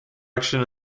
action